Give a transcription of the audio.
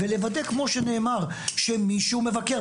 ולוודא שמישהו מבקר,